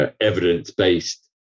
evidence-based